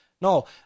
No